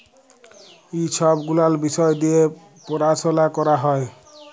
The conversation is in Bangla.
ই ছব গুলাল বিষয় দিঁয়ে পরাশলা ক্যরা হ্যয়